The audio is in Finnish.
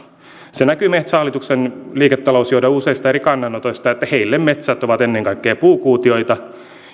se näkyy metsähallituksen liiketalousjohdon useista eri kannanotoista että heille metsät ovat ennen kaikkea puukuutioita